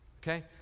Okay